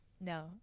no